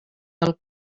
del